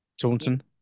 Taunton